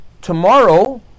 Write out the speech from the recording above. tomorrow